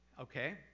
Okay